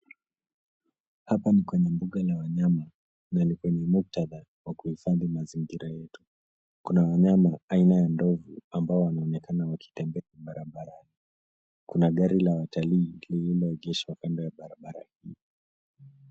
Hapa ni kwenye mbuga la wanyama, na likona muktadha wa kuhifadhi mazingira yetu. Kuna wanyama, aina ya ndovu ambao wanaonekana wakitembea kwa barabara. Kuna gari la watalii lililoegeshwa kando ya barabara hii.